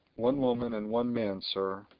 one woman and one man, sir.